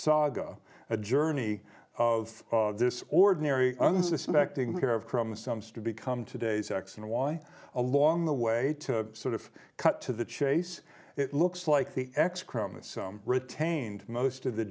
saga a journey of this ordinary unsuspectingly here of chromosomes to become today's x and y along the way to sort of cut to the chase it looks like the x chromosome retained most of the